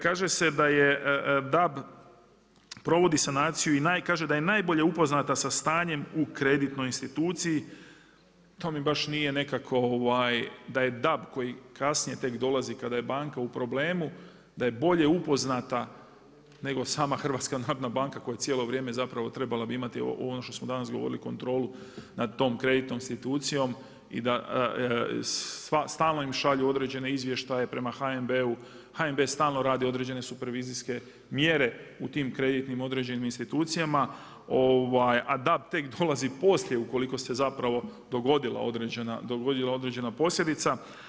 Kaže se da DAB provodi sanaciju i kaže da je najbolje upoznata sa stanjem u kreditnoj instituciji, to mi baš nije nikako, da je DAB koji kasnije tek dolazi, kada je banka u problemu, da je bolje upoznata nego sama HNB koja cijelo vrijeme bi trebala imati, ono što danas smo govorili, kontrolu nad tom kreditnom institucijom i da stalno im šalju određene izvještaje prema HNB-u, HNB stalno radi određene supervizijske mjere u tim kreditnim određenim institucijama a DAB tek dolazi poslije ukoliko se zapravo dogodila određena posljedica.